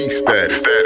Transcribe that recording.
status